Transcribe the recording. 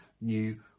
new